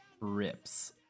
rips